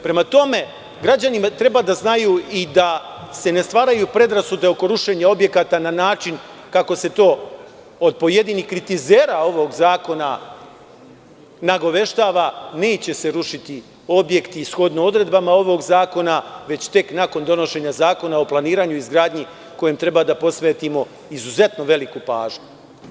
Prema tome, građani treba da znaju i da se ne stvaraju predrasude oko rušenja objekata na način kako se to od pojedinih kritizera ovog zakona nagoveštava, neće se rušiti objekti shodno odredbama ovog zakona, već tek nakon donošenja Zakona o planiranju i izgradnji, kojem treba da posvetimo izuzetno veliku pažnju.